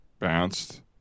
Bounced